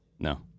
No